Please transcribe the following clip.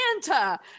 Santa